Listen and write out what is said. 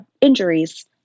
injuries